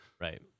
right